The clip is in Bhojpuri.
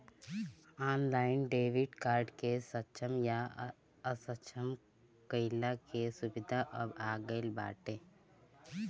ऑनलाइन डेबिट कार्ड के सक्षम या असक्षम कईला के सुविधा अब आ गईल बाटे